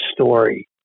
story